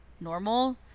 normal